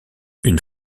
une